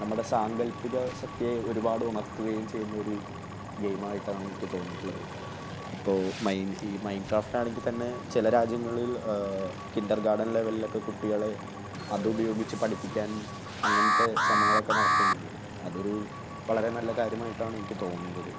നമ്മുടെ സാങ്കൽപ്പിക ശക്തിയെ ഒരുപാട് ഉണർത്തുകയും ചെയ്യുന്ന ഒരു ഗെയ്മായിട്ടാണ് എനിക്ക് തോന്നിയിട്ടുള്ളത് ഇപ്പോൾ മൈൻ ഈ മൈൻക്രാഫ്റ്റാണെങ്കിൽ തന്നെ ചില രാജ്യങ്ങളിൽ കിൻ്റർഗാർഡൺ ലെവലിലൊക്കെ കുട്ടികളെ അത് ഉപയോഗിച്ച് പഠിപ്പിക്കാൻ അങ്ങനത്തെ ശ്രമങ്ങളൊക്കെ നടത്തുന്നുണ്ട് അത് ഒരു വളരെ നല്ല കാര്യമായിട്ടാണ് എനിക്ക് തോന്നുന്നത്